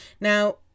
Now